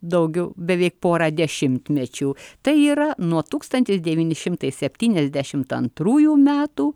daugiau beveik porą dešimmečių tai yra nuo tūkstantis devyni šimtai septyniasdešim antrųjų metų